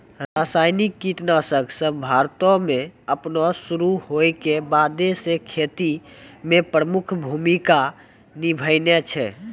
रसायनिक कीटनाशक सभ भारतो मे अपनो शुरू होय के बादे से खेती मे प्रमुख भूमिका निभैने छै